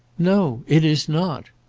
no it is not.